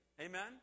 Amen